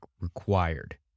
required